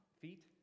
Feet